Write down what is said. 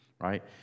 right